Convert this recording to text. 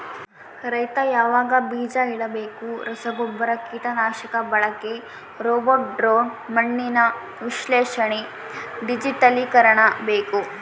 ರೈತ ಯಾವಾಗ ಬೀಜ ಇಡಬೇಕು ರಸಗುಬ್ಬರ ಕೀಟನಾಶಕ ಬಳಕೆ ರೋಬೋಟ್ ಡ್ರೋನ್ ಮಣ್ಣಿನ ವಿಶ್ಲೇಷಣೆ ಡಿಜಿಟಲೀಕರಣ ಬೇಕು